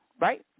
right